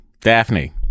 Daphne